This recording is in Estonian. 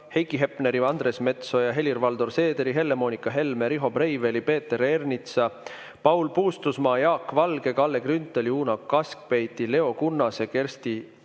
Heiki Hepneri, Andres Metsoja, Helir-Valdor Seederi, Helle-Moonika Helme, Riho Breiveli, Peeter Ernitsa, Paul Puustusmaa, Jaak Valge, Kalle Grünthali, Uno Kaskpeiti, Leo Kunnase, Kersti